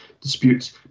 disputes